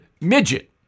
midget